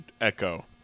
Echo